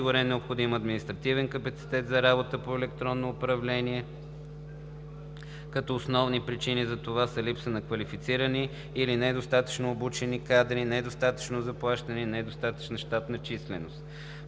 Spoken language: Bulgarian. необходим административен капацитет за работа по електронното управление, като основни причини за това са липса на квалифицирани или недостатъчно обучени кадри, ниско заплащане и недостатъчна щатна численост.